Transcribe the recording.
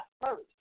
first